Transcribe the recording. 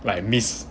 like miss